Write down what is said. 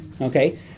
okay